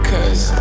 Cause